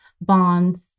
bonds